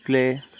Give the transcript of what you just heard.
play